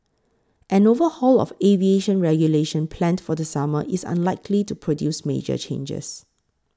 an overhaul of aviation regulation planned for the summer is unlikely to produce major changes